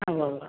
അ ഉവ്വുവ്വ്